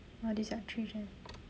all these are three gen